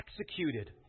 executed